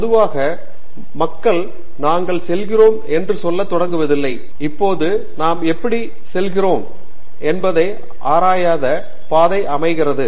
பொதுவாக மக்கள் நாங்கள் செல்கிறோம் என்று சொல்லத் தொடங்குவதில்லை இப்போது நாம் எப்படி செல்கிறோம் என்பதை ஆராயாத பாதை ஆராய்கிறது